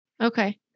Okay